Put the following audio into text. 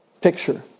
picture